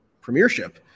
premiership